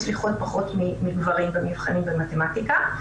מצליחות פחות מגברים במבחנים במתמטיקה.